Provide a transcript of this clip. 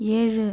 ஏழு